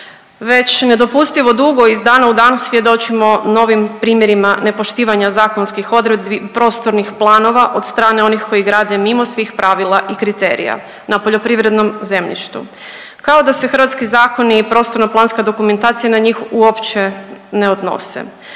Već nedopustivo dugo iz dana u dan svjedočimo novim primjerima nepoštivanja zakonskih odredbi prostornih planova od strane onih koji grade mimo svih pravila i kriterija na poljoprivrednom zemljištu, kao da se hrvatski zakoni i prostorno planska dokumentacija na njih uopće ne odnose.